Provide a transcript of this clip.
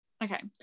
Okay